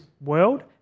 world